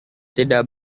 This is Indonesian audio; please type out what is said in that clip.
tidak